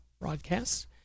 broadcast